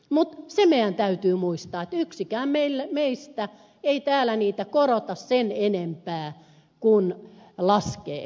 mutta se meidän täytyy muistaa että yksikään meistä ei täällä niitä korota sen enempää kuin laskekaan